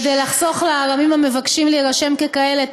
כדי לחסוך לארמים המבקשים להירשם ככאלה את